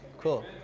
Cool